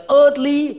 earthly